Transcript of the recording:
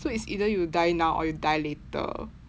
so it's either you die now or you die later